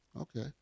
Okay